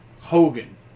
Hogan